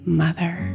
mother